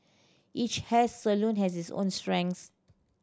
each hair salon has its own strengths